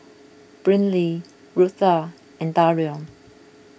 Brynlee Rutha and Darion